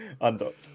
Undocked